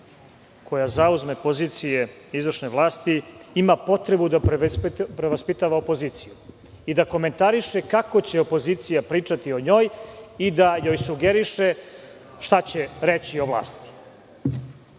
koja zauzme pozicije izvršne vlasti ima potrebu da prevaspitava opoziciju i da komentariše kako će opozicija pričati o njoj i da joj sugeriše šta će reći o vlasti. Da,